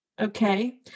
okay